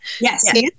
Yes